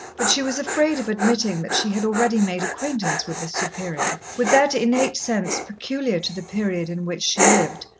but she was afraid of admitting that she had already made acquaintance with the superior, with that innate sense, peculiar to the period in which she lived,